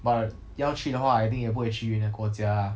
but 要去的话一定也不会去远的国家 lah